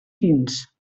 fins